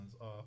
off